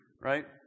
Right